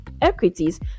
equities